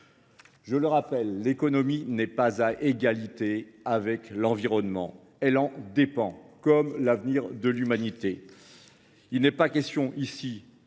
J’y insiste, l’économie n’est pas à égalité avec l’environnement : elle en dépend, comme l’avenir de l’humanité. Il n’est pas question ici